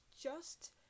just-